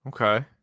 Okay